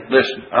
Listen